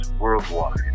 worldwide